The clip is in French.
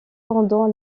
pendant